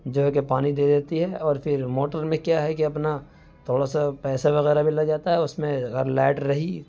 جو ہے کہ پانی دے دیتی ہے اور پھر موٹر میں کیا ہے کہ اپنا تھوڑا سا پیسا وغیرہ بھی لگ جاتا ہے اس میں اگر لائٹ رہی